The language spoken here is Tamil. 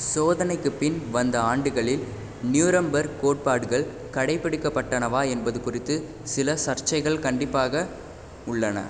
சோதனைக்கு பின் வந்த ஆண்டுகளில் நியூரம்பெர்க் கோட்பாடுகள் கடைபிடிக்கப்பட்டனவா என்பது குறித்து சில சர்ச்சைகள் கண்டிப்பாக உள்ளன